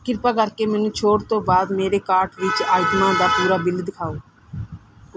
ਕਿਰਪਾ ਕਰਕੇ ਮੈਨੂੰ ਛੋਟ ਤੋਂ ਬਾਅਦ ਮੇਰੇ ਕਾਰਟ ਵਿੱਚ ਆਈਟਮਾਂ ਦਾ ਪੂਰਾ ਬਿੱਲ ਦਿਖਾਓ